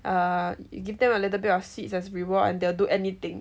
err you give them a little bit of sweets as reward and they'll do anything